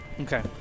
Okay